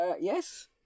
yes